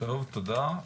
תודה.